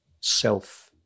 self